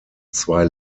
zwei